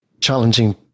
challenging